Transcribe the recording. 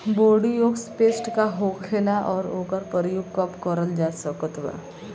Bordeaux paste का होखेला और ओकर प्रयोग कब करल जा सकत बा?